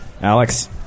Alex